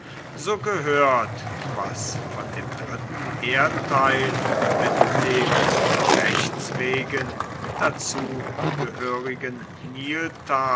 so gehört was von dem dritten erdteil mit dem von rechts wegen dazu gehörigen niltal